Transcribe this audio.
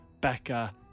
Becca